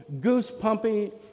goose-pumpy